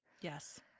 Yes